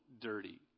dirty